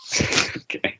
okay